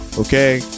okay